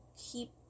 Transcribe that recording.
keep